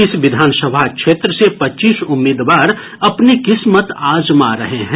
इस विधानसभा क्षेत्र से पच्चीस उम्मीदवार अपनी किसमत आजमा रहे हैं